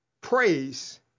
praise